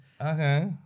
Okay